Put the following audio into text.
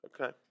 Okay